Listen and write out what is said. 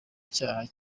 cyaha